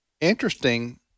interesting